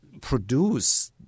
produce